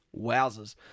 Wowzers